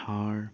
Thar